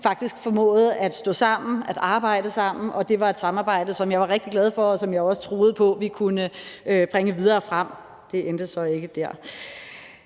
faktisk formåede at stå sammen, at arbejde sammen, og det var et samarbejde, som jeg var rigtig glad for, og som jeg også troede på vi kunne bringe videre frem. Det endte så ikke der.